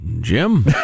Jim